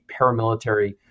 paramilitary